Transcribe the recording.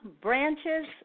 branches